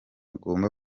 agomba